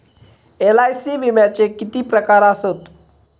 LIC विम्याचे किती प्रकार आसत?